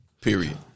Period